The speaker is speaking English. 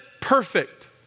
perfect